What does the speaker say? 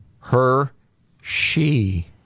Her-she